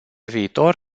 viitor